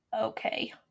okay